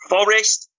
Forest